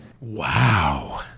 Wow